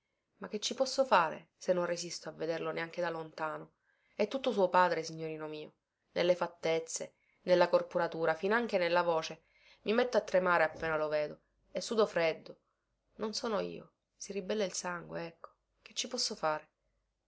ma che ci posso fare se non resisto a vederlo neanche da lontano è tutto suo padre signorino mio nelle fattezze nella corporatura finanche nella voce i metto a tremare appena lo vedo e sudo freddo non sono io si ribella il sangue ecco che ci posso fare